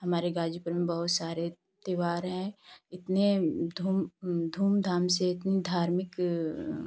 हमारे गाजीपुर में बहुत सारे त्योहार हैं इतने धूम धूमधाम से इतनी धार्मिक